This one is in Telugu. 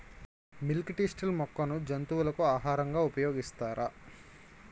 మిల్క్ తిస్టిల్ మొక్కను జంతువులకు ఆహారంగా ఉపయోగిస్తారా?